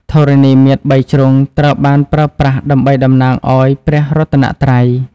ធរណីមាត្របីជ្រុង ត្រូវបានប្រើប្រាស់ដើម្បីតំណាងឱ្យ ព្រះរតនៈត្រៃ។